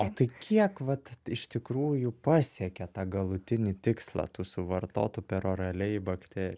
o tai kiek vat iš tikrųjų pasiekia tą galutinį tikslą tų suvartotų peroraliai bakterijų